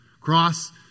cross